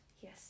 Yes